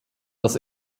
dass